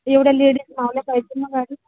एवढ्या लेडीज मावल्या पाहिजे ना गाडीत